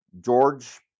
George